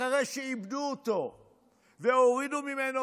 אחרי שעיבדו אותו והורידו ממנו,